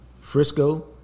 Frisco